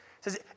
says